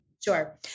Sure